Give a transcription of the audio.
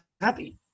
happy